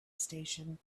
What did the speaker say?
station